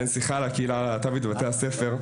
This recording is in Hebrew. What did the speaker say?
ואין שיחה על הקהילה הלהט"בית בבתי הספר.